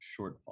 shortfall